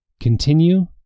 Continue